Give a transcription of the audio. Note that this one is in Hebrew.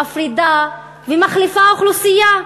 מפרידה ומחליפה אוכלוסייה.